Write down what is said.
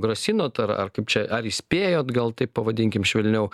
grasinot ar ar kaip čia ar įspėjot gal taip pavadinkim švelniau